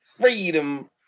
freedom